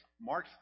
March